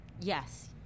Yes